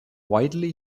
widely